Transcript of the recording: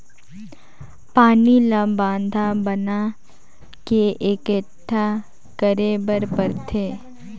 पानी ल बांधा बना के एकटठा करे बर परथे